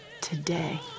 today